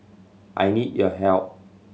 I need your help